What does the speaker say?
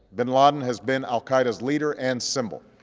bin laden has been al qaeda's leader and symbol,